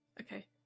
Okay